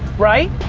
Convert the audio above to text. right?